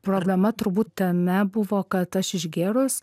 problema turbūt tame buvo kad aš išgėrus